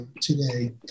today